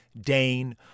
Dane